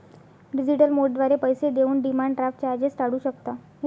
digital मोडद्वारे पैसे देऊन डिमांड ड्राफ्ट चार्जेस टाळू शकता